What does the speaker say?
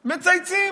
מצייצים.